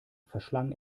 verschlang